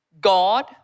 God